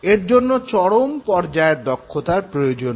এর জন্য চরম পর্যায়ের দক্ষতার প্রয়োজন হয়